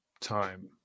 time